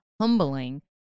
humbling